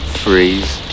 freeze